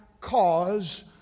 cause